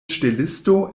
ŝtelisto